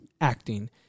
acting